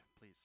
please